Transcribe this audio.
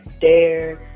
Dare